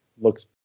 looks